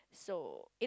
so it